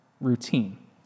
routine